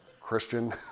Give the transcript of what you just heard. Christian